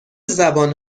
زبان